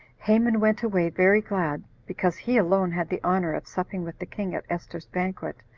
haman went away very glad, because he alone had the honor of supping with the king at esther's banquet,